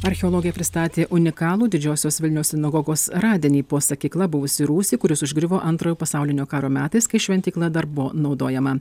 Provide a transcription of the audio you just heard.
archeologai pristatė unikalų didžiosios vilniaus sinagogos radinį po sakykla buvusį rūsį kuris užgriuvo antrojo pasaulinio karo metais kai šventykla dar buvo naudojama